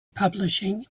publishing